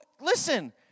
Listen